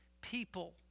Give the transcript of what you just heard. people